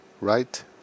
right